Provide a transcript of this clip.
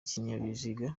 ibinyabiziga